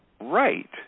right